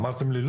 אמרתם לי,